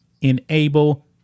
enable